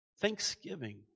Thanksgiving